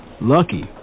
Lucky